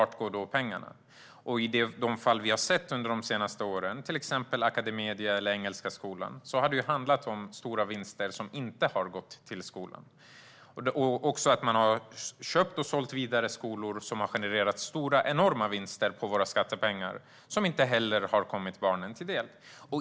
I de fall vi har sett under de senaste åren, till exempel Academedia eller Engelska skolan, har det handlat om stora vinster som inte har gått till skolan. Man har också köpt och sålt skolor vidare, vilket har genererat enorma vinster med hjälp av våra skattepengar som inte har kommit barnen till del.